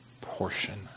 portion